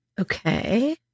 Okay